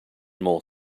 more